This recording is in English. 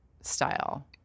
style